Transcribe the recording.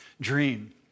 dream